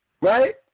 right